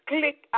Click